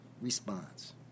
response